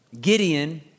Gideon